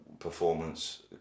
performance